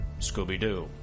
Scooby-Doo